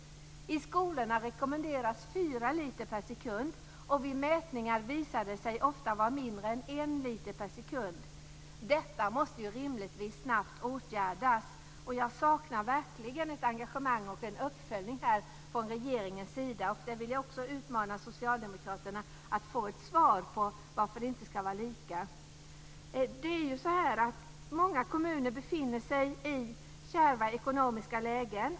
I skolorna rekommenderas fyra liter per sekund. Vid mätningar visar det sig ofta vara mindre än en liter per sekund. Detta måste rimligtvis snabbt åtgärdas. Jag saknar verkligen ett engagemang och en uppföljning från regeringens sida. Jag vill utmana socialdemokraterna att ge ett svar på frågan varför reglerna inte ska vara lika. Många kommuner befinner sig i kärva ekonomiska lägen.